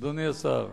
אדוני השר,